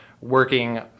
working